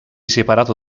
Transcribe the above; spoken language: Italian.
separato